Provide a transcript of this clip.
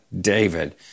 David